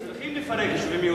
צריכים לפרק יישובים יהודיים.